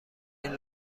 این